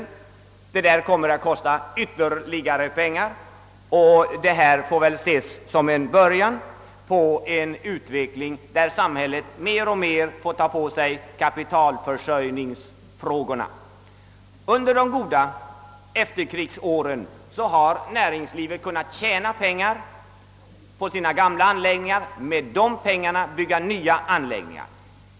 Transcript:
Detta kommer att kosta mycket pengar, och den nu tilltänkta fonden får väl ses som början på en utveckling, där samhället mer och mer övertar kapitalförsörjningen. Under de goda efterkrigsåren kunde näringslivet tjäna pengar på sina gamla anläggningar och med dessa pengar bygga nya anläggningar.